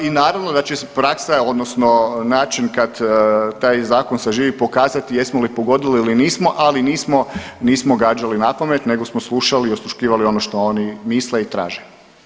I naravno da će, praksa je odnosno način kad taj zakon saživi pokazati jesmo li pogodili ili nismo, ali nismo, nismo gađali napamet nego smo slušali i osluškivali ono što oni misle i traže.